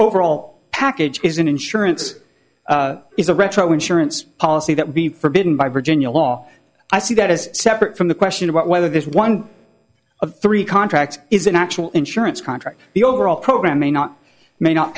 overall package is in insurance is a retro insurance policy that would be forbidden by virginia law i see that as separate from the question about whether this one of three contracts is an actual insurance contract the overall program may not may not